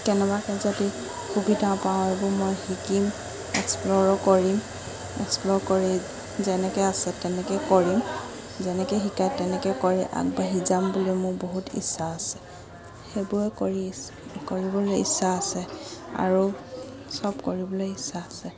কেনেবাকৈ যদি সুবিধা পাওঁ এইবোৰ মই শিকিম এক্সপ্ল'ৰো কৰিম এক্সপ্ল'ৰ কৰি যেনেকৈ আছে তেনেকৈ কৰিম যেনেকৈ শিকায় তেনেকৈ কৰি আগবাঢ়ি যাম বুলি মোৰ বহুত ইচ্ছা আছে সেইবোৰে কৰি কৰিবলৈ ইচ্ছা আছে আৰু সব কৰিবলৈ ইচ্ছা আছে